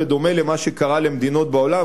בדומה למה שקרה למדינות בעולם,